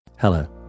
Hello